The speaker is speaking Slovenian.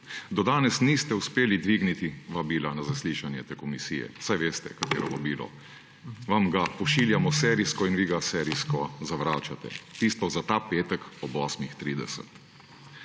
Do danes niste uspeli dvigniti vabila na zaslišanje te komisije. Saj veste, katero vabilo. Vam ga pošiljamo serijsko in vi ga serijsko zavračate. Tisto za ta petek ob 8.30.